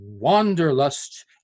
wanderlust